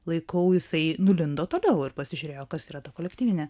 laikau jisai nulindo toliau ir pasižiūrėjo kas yra ta kolektyvinė